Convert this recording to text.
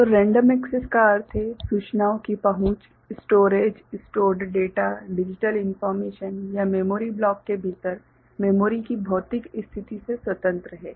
तो random access का अर्थ है सूचनाओं की पहुँच storage stored data digital information यह मेमोरी ब्लॉक के भीतर मेमोरी की भौतिक स्थिति से स्वतंत्र है